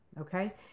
okay